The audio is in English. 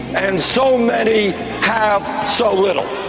and so many have so little.